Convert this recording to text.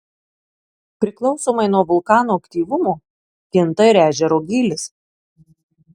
priklausomai nuo vulkano aktyvumo kinta ir ežero gylis